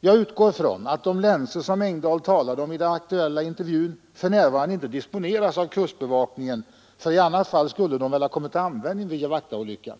Jag utgår från att de länsor som Engdahl talade om i den aktuella intervjun för närvarande inte disponeras av kustbevakningen — i annat fall skulle de väl ha kommit till användning vid Jawachtaolyckan.